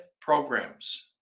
programs